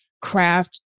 craft